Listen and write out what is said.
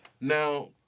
Now